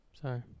Sorry